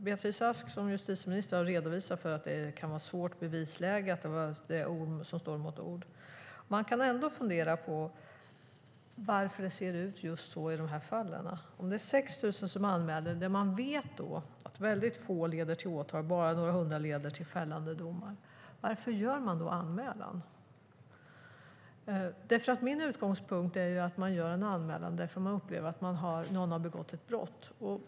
Beatrice Ask har som justitieminister redovisat att det kan vara ett svårt bevisläge och att det är ord som står mot ord. Men man kan ändå fundera på varför det ser ut så i just de här aktuella fallen. Om det är 6 000 som anmäler, och man vet att väldigt få anmälningar leder till åtal och bara några hundra till fällande dom, varför gör någon då en anmälan? Min utgångspunkt är att man gör en anmälan därför att man upplever att ett brott har begåtts.